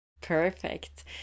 Perfect